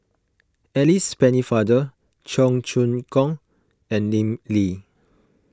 Alice Pennefather Cheong Choong Kong and Lim Lee